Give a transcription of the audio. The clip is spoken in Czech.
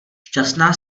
šťastná